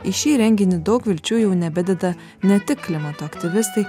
į šį renginį daug vilčių jau nebededa ne tik klimato aktyvistai